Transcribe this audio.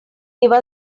give